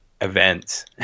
events